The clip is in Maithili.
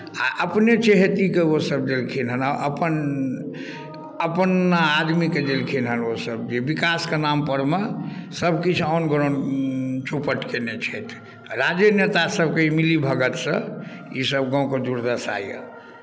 आ अपने चहेतीके ओसभ देलखिन हेँ अपन अपन आदमीके देलखिन ओसभ जे विकासके नाम परमे सभकिछु ऑन ग्राउंड चौपट कयने छथि राजेनेताके ईसभ मिलीभगतसँ ईसभ गामके दुर्दशा यए